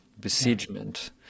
besiegement